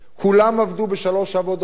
כולם עבדו בשלוש עבודות,